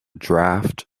draft